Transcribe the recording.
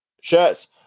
shirts